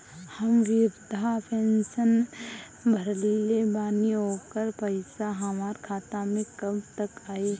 हम विर्धा पैंसैन भरले बानी ओकर पईसा हमार खाता मे कब तक आई?